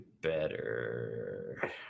better